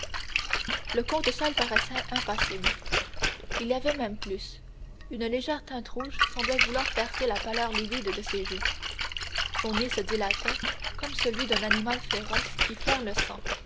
le comte seul paraissait impassible il y avait même plus une légère teinte rouge semblait vouloir percer la pâleur livide de ses joues son nez se dilatait comme celui d'un animal féroce qui flaire le sang